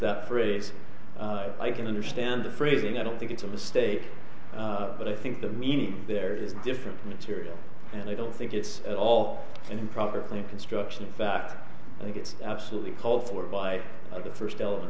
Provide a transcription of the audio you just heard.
that phrase i can understand the phrasing i don't think it's a mistake but i think the meaning there is different material and i don't think it's at all an improper lane construction in fact i think it's absolutely called for by the first element